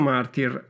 Martyr